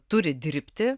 turi dirbti